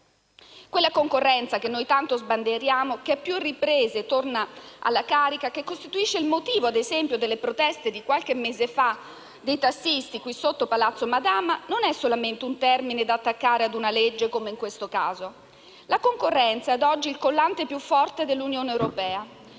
Quella concorrenza che noi tanto sbandieriamo, che a più riprese torna alla carica e che costituisce il motivo, ad esempio, delle proteste di qualche mese fa dei tassisti davanti Palazzo Madama, non è solamente un termine da attaccare a una legge, come in questo caso. La concorrenza è, a oggi, il collante più forte dell'Unione europea.